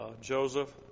Joseph